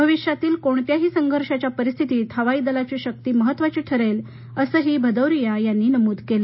भविष्यातील कोणत्याही संघर्षाच्या परिस्थितीत हवाईदलाची शक्ती महत्त्वाची ठरेल असंही भदौरिया यांनी नमूद केलं